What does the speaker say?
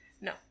No